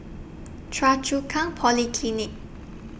Choa Chu Kang Polyclinic